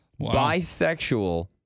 bisexual